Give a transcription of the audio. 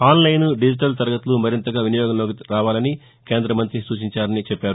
on line digital తరగతులు మరింతగా వినియోగంలోకి రావాలని కేంద్ర మంత్రి సూచించారన్నారు